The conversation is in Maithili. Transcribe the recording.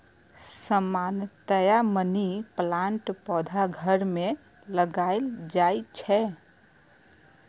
सामान्यतया मनी प्लांटक पौधा घर मे लगाएल जाइ छै